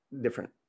different